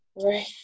Right